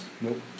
Nope